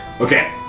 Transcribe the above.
Okay